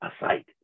aside